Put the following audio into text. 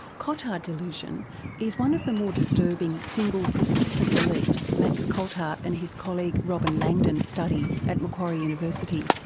cotard delusion is one of the more disturbing single persistent beliefs max coltheart and his colleague robyn langdon study at macquarie university.